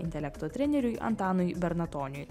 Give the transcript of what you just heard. intelekto treneriui antanui bernatoniui